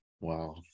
Wow